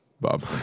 Bob